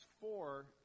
four